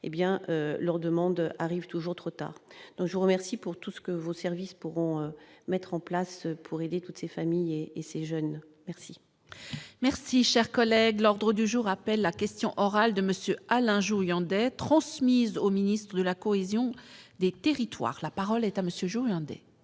leur demande arrive toujours trop tard, donc je vous remercie pour tout ce que vos services pourront mettre en place pour aider toutes ces familles et ces jeunes merci. Merci, chers collègues, l'ordre du jour appelle la question orale de monsieur Alain jouions d'être transmise au ministre de la cohésion des territoires, la parole est à monsieur